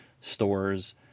stores